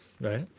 right